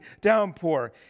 downpour